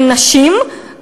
הם נשים,